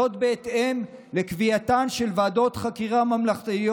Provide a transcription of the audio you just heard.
זה בהתאם לקביעתן של ועדות חקירה ממלכתיות